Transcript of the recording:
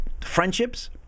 friendships